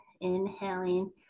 inhaling